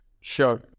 Sure